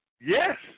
Yes